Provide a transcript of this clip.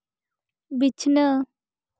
ᱵᱤᱪᱷᱱᱟᱹ